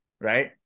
Right